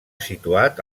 situat